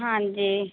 ਹਾਂਜੀ